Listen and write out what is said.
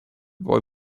boy